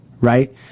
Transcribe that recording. right